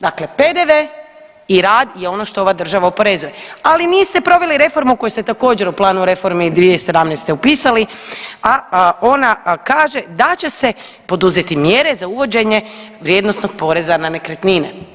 Dakle, PDV i rad je ono što ova država oporezuje, ali niste proveli reformu koju ste također u planu reformi 2017. upisali, a ona kaže da će se poduzeti mjere za uvođenje vrijednosnog porezna na nekretnine.